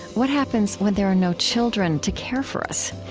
what happens when there are no children to care for us?